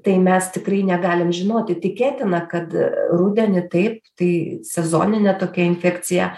tai mes tikrai negalim žinoti tikėtina kad rudenį taip tai sezoninė tokia infekcija